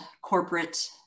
corporate